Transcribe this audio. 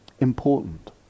important